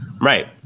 Right